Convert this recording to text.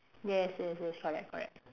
yes yes yes correct correct